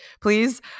please